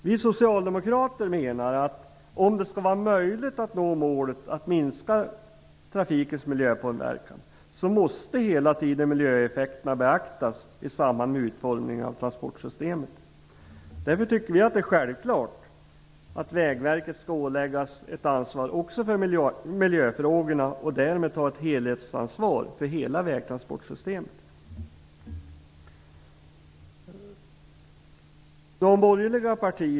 Vi socialdemokrater menar att om det skall vara möjligt att nå målet att minska trafikens miljöpåverkan måste hela tiden miljöeffekterna beaktas i samband med utformningen av transportsystemen. Därför tycker vi att det är självklart att Vägverket skall åläggas ett ansvar också för miljöfrågorna och därmed ta ett helhetsansvar för hela vägtransportsystemet.